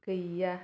गैया